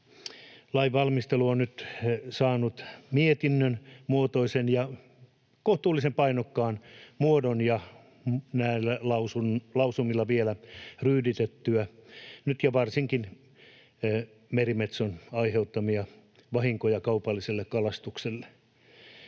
lainvalmistelu on nyt saanut mietinnön muotoisen ja kohtuullisen painokkaan muodon vielä näillä lausumilla ryyditettynä koskien varsinkin merimetson aiheuttamia vahinkoja kaupalliselle kalastukselle.